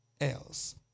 else